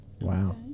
Wow